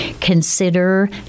consider